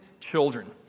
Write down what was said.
children